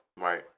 right